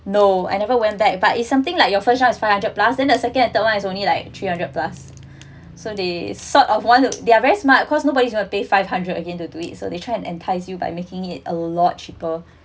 no I never went back but is something like your first try is five hundred plus then the second and third one is only like three hundred plus so they sort of want to they're very smart cause nobody wants to pay five hundred again to do it so they try and entice you by making it a lot cheaper